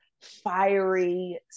fiery